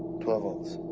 twelve volts.